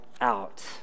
out